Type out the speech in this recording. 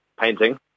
painting